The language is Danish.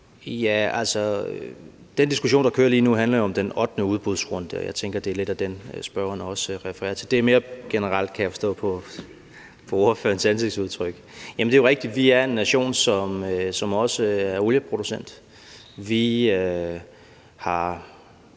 jeg tænker, at det lidt er den, spørgeren også refererer til. Det er mere generelt, kan jeg forstå på ordførerens ansigtsudtryk. Det er rigtigt, at vi er en nation, som også er olieproducent. Vi har